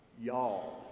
y'all